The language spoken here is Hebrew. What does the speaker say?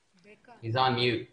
בוקר טוב, תודה רבה.